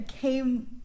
came